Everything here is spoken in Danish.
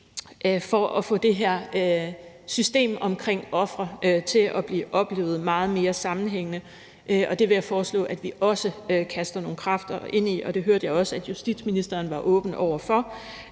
for at få det her system omkring ofre til at blive oplevet meget mere sammenhængende. Det vil jeg foreslå at vi også kaster nogle kræfter ind i, og det hørte jeg også at justitsministeren var åben over for.